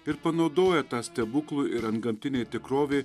ir panaudoja tą stebuklų ir antgamtinė tikrovė